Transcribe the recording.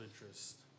interest